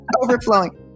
overflowing